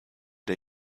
der